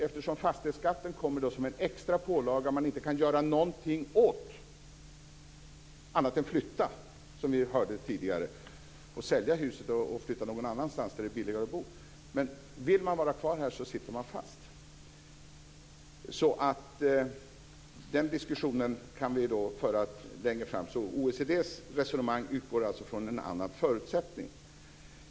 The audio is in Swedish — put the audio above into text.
Eftersom fastighetsskatten kommer som en extra pålaga som man inte kan göra någonting åt - annat än att, som vi hörde tidigare, sälja huset och flytta någon annanstans där det är billigare att bo. Men vill man vara kvar så sitter man fast. Den diskussionen kan vi föra längre fram. OECD:s resonemang utgår alltså från en annan förutsättning.